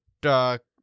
dark